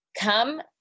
come